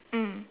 mm